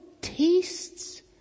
tastes